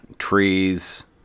trees